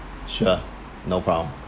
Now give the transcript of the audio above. sure no problem